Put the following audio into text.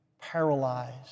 paralyzed